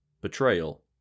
betrayal